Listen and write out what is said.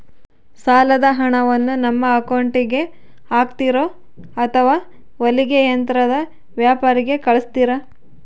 ಸಾಲದ ಹಣವನ್ನು ನಮ್ಮ ಅಕೌಂಟಿಗೆ ಹಾಕ್ತಿರೋ ಅಥವಾ ಹೊಲಿಗೆ ಯಂತ್ರದ ವ್ಯಾಪಾರಿಗೆ ಕಳಿಸ್ತಿರಾ?